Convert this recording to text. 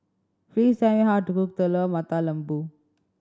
please tell me how to cook Telur Mata Lembu